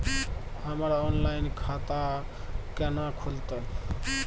हमर ऑनलाइन खाता केना खुलते?